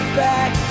back